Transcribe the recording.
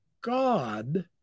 God